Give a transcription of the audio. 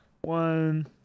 one